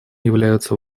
являются